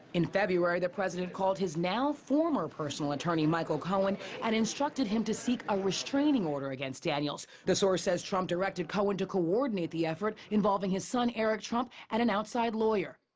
in february, the president called his now former personal attorney michael cohen and instructed him to seek a restraining order against daniels. the source says trump directed cohen to coordinate the effort involving his son, eric trump, and an outside lawyer.